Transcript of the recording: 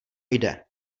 jde